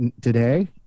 today